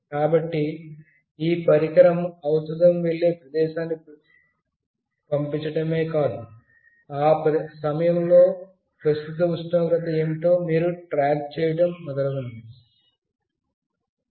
కాబట్టి ఇది ఈ ఔషదము వెళ్ళే ప్రదేశాన్ని పంపడమే కాకుండ ఆ సమయంలో ప్రస్తుత ఉష్ణోగ్రత ఏమిటో కూడా మీరు వేరుగా ట్రాక్ చేయడం మొదలగునవి